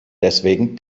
deswegen